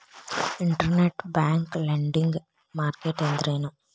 Internet bank lending market ಅಂದ್ರೇನು?